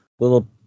Little